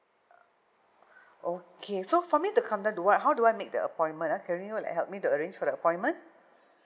okay so for me to come down to what how do I make the appointment ah can you like help me to arrange for the appointment